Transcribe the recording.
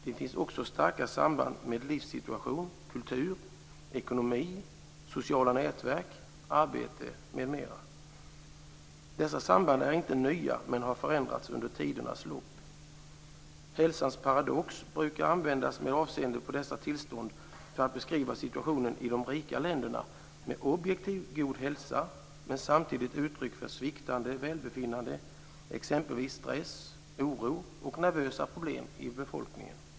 Det finns också starka samband med livssituation, kultur, ekonomi, sociala nätverk, arbete m.m. Dessa samband är inte nya men har förändrats under tidernas lopp. Uttrycket hälsans paradox brukar användas med avseende på dessa tillstånd för att beskriva situationen i de rika länderna med en objektivt sett god hälsa men samtidigt med uttryck för sviktande välbefinnande, exempelvis stress, oro och nervösa problem i befolkningen.